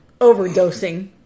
overdosing